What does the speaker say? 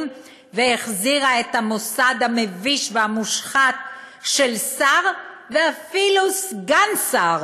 והחזירה את המוסד המביש והמושחת של שר ואפילו סגן שר